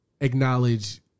acknowledge